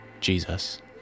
jesus